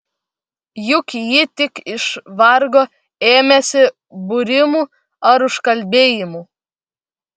juk ji tik iš vargo ėmėsi būrimų ar užkalbėjimų